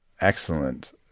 excellent